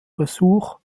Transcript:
besuch